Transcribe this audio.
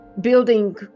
building